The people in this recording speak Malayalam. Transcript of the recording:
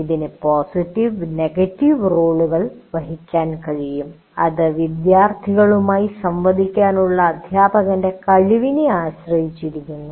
ഇതിന് പോസിറ്റീവ് നെഗറ്റീവ് റോളുകൾ വഹിക്കാൻ കഴിയും ഇത് വിദ്യാർത്ഥികളുമായി സംവദിക്കാനുള്ള അധ്യാപകന്റെ കഴിവിനെ ആശ്രയിച്ചിരിക്കുന്നു